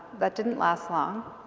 that didn't last long